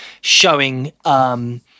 showing